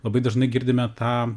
labai dažnai girdime tą